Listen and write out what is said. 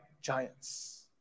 giants